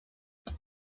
there